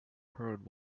heard